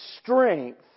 strength